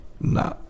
Nah